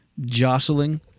jostling